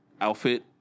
Outfit